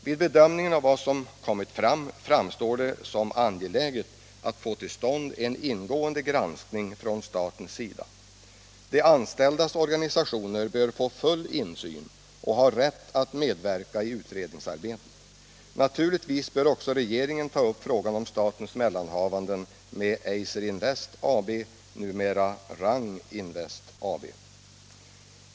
Vid bedömningen av vad som kommit fram framstår det som angeläget att få till stånd en ingående granskning från statens sida. De anställdas organisationer bör få full insyn och ha rätt att medverka i utredningsarbetet. Naturligtvis bör också regeringen ta upp frågan om statens mellanhavanden med Eiser Invest AB, numera Rang Invest AB.